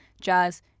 jazz